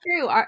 true